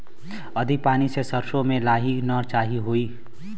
अधिक पानी से सरसो मे लाही त नाही होई?